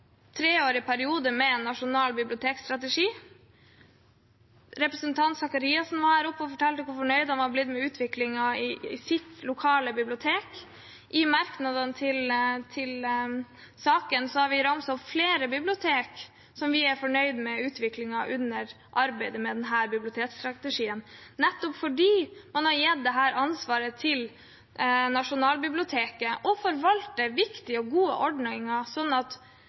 treårig periode med en nasjonal bibliotekstrategi. Representanten Faret Sakariassen var her oppe og fortalte hvor fornøyd han var med utviklingen i hans lokale bibliotek. I merknadene til saken har vi ramset opp flere bibliotek som vi er fornøyd med utviklingen av under arbeidet med denne bibliotekstrategien, nettopp fordi man har gitt ansvaret for å forvalte viktige og gode ordninger til Nasjonalbiblioteket, slik at